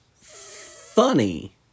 funny